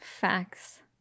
Facts